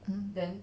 mmhmm